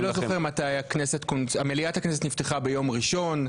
אני לא זוכר מתי נפתחה מליאת הכנסת ביום ראשון,